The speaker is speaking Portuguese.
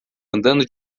andando